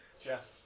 Jeff